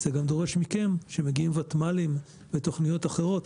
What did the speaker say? זה גם דורש מכם שמגיעים ותמ"לים ותוכניות אחרות